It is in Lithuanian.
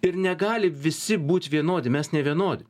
ir negali visi būt vienodi mes nevienodi